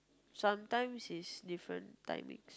sometimes is different timings